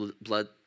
blood